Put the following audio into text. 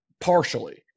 partially